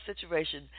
situation